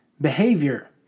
behavior